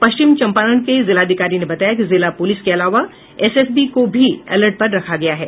पश्चिम चम्पारण के जिलाधिकारी ने बताया कि जिला पुलिस के अलावा एसएसबी को भी अलर्ट पर रखा गया है